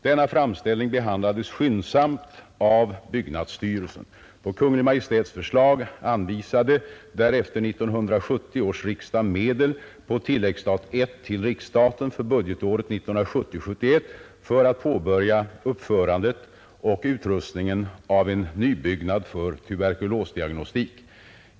Denna framställning handlades skyndsamt av byggnadsstyrelsen. På Kungl. Maj:ts förslag anvisade därefter 1970 års riksdag medel på tilläggsstat I till riksstaten för budgetåret 1970/71 för att påbörja uppförandet och utrustningen av en nybyggnad för tuberkulosdiagnostik.